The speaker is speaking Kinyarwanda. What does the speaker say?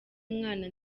mwana